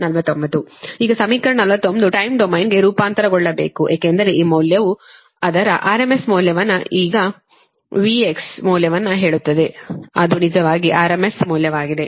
ಈಗ ಈ ಸಮೀಕರಣ 49 ಟಯ್ಮ್ ಡೊಮೇನ್ಗೆ ರೂಪಾಂತರಗೊಳ್ಳಬೇಕು ಏಕೆಂದರೆ ಈ ಮೌಲ್ಯವು ಅದರ RMS ಮೌಲ್ಯವನ್ನು ಈ V ಮೌಲ್ಯವನ್ನು ಹೇಳುತ್ತದೆ ಅದು ನಿಜವಾಗಿ RMS ಮೌಲ್ಯವಾಗಿದೆ